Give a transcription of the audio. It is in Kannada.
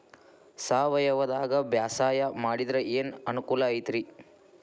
ಸಾವಯವದಾಗಾ ಬ್ಯಾಸಾಯಾ ಮಾಡಿದ್ರ ಏನ್ ಅನುಕೂಲ ಐತ್ರೇ?